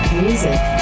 music